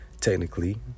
technically